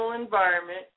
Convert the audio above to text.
environment